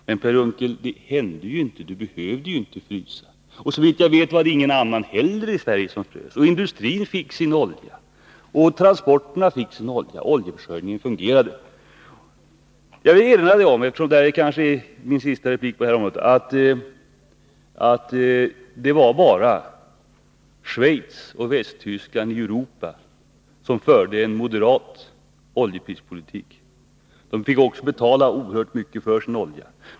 Men Per Unckel behövde ju inte frysa! Såvitt jag vet var det inte heller någon annan i Sverige som frös. Industrin och transporterna fick också sin olja — oljeförsörjningen fungerade. Jag vill erinra om — detta är kanske min sista replik i det här sammanhanget — att det i Europa var Schweiz och Västtyskland som förde en moderat oljeprispolitik. De fick också betala oerhört mycket för sin olja.